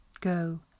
Go